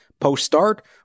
post-start